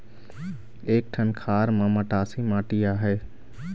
एक ठन खार म मटासी माटी आहे?